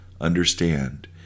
understand